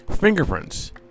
fingerprints